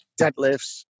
deadlifts